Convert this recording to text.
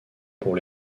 pour